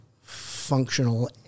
functional